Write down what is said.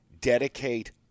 dedicate